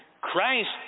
Christ